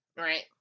Right